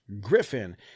griffin